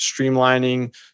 streamlining